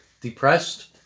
depressed